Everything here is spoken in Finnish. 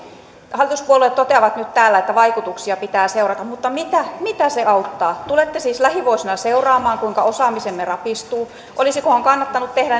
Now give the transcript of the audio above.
hallituspuolueet toteavat nyt täällä että vaikutuksia pitää seurata mutta mitä se auttaa tulette siis lähivuosina seuraamaan kuinka osaamisemme rapistuu olisikohan kannattanut tehdä